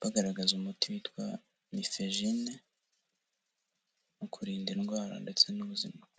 bagaragaza umuti witwa nifejine mu kurinda indwara ndetse n'ubuzima.